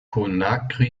conakry